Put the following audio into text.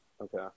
Okay